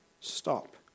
stop